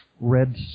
Red